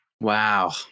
Wow